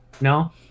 No